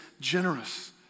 generous